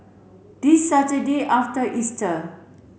this Saturday after Easter